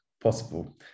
possible